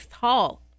Hall